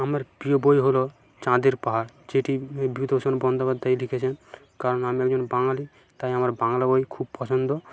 আমার প্রিয় বই হলো চাঁদের পাহাড় যেটি বিভূতিভূষণ বন্দ্যোপাধ্যায় লিখেছেন কারণ আমি একজন বাঙালি তাই আমার বাংলা বই খুব পছন্দ